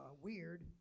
weird